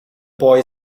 boy